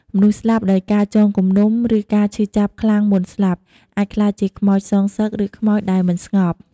មនុស្សស្លាប់ដោយការចងគំនុំ ឬការឈឺចាប់ខ្លាំងមុនស្លាប់ អាចក្លាយជាខ្មោចសងសឹក ឬខ្មោចដែលមិនស្ងប់។